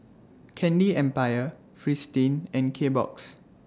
Candy Empire Fristine and Kbox